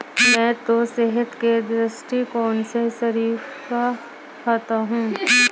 मैं तो सेहत के दृष्टिकोण से शरीफा खाता हूं